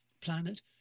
planet